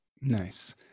Nice